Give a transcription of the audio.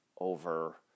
over